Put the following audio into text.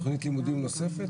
תכנית לימודים נוספת,